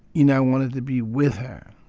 you know, i wanted to be with her.